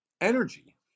Energy